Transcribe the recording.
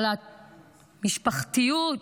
על המשפחתיות,